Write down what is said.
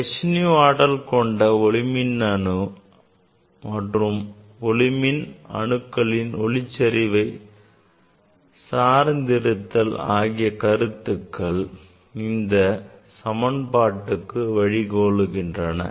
h nu ஆற்றல் கொண்ட ஒளி மின்னணு மற்றும் ஒளிமின் அணுக்கள் ஒளிச்செறிவை சார்ந்தருத்தல் ஆகிய கருத்துக்கள் இந்த சமன்பாட்டுக்கு வழிகோலுகின்றன